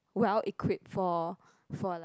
well equipped for for like